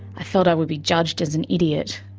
i thought i would be judged as an idiot.